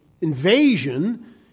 invasion